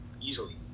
easily